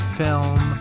film